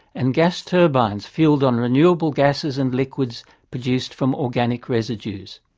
and gas turbines fuelled on renewable gases and liquids produced from organic residues.